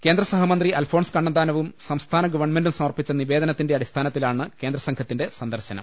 കേന്ദ്രസഹമന്ത്രി അൽഫോൺസ് കണ്ണന്താനവും സംസ്ഥാനഗവൺമെന്റും സമർപ്പിച്ച നിവേദനത്തിന്റെ അടിസ്ഥാ നത്തിലാണ് കേന്ദ്രസംഘത്തിന്റെ സന്ദർശനം